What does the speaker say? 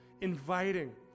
inviting